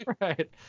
Right